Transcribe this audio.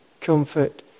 comfort